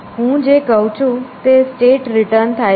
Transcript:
હું જે કહું છું તે સ્ટેટ રિટર્ન થાય છે